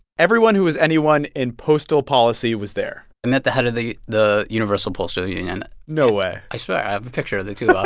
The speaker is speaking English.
everyone who is anyone in postal policy was there i met the head of the the universal postal union no way i swear. i have a picture of the two of us.